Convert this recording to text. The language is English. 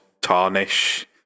tarnish